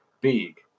Big